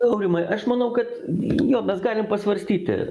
aurimai aš manau kad jo mes galim pasvarstyti